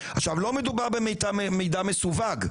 לא מדובר במידע מסווג.